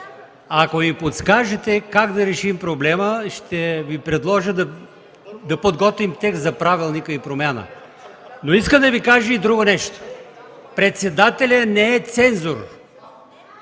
Ако ми подскажете как да решим проблема, ще Ви предложа да подготвим текст за правилника и промяна. Искам да Ви кажа и друго нещо: председателят не е цензура.